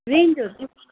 रेन्जहरू चाहिँ